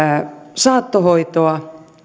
saattohoitoa